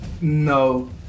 No